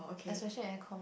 especially when I cough